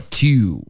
two